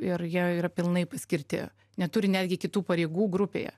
ir jie yra pilnai paskirti neturi netgi kitų pareigų grupėje